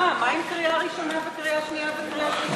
מה עם קריאה ראשונה וקריאה שנייה וקריאה שלישית?